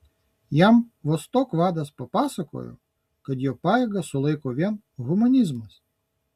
jam vostok vadas papasakojo kad jo pajėgas sulaiko vien humanizmas